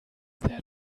their